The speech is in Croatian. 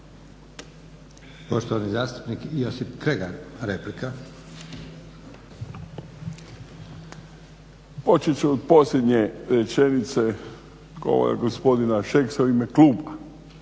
Počet ću od posljednje rečenice gospodina Šeksa u ime kluba.